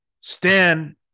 Stan